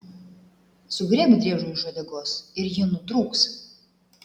sugriebk driežui už uodegos ir ji nutrūks